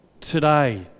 today